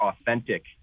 authentic